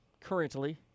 currently